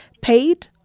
paid